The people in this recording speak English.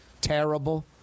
terrible